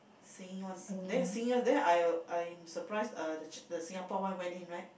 singing one then the singing one then I I'm surprised uh the ch~ the Singapore one went in right